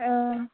অঁ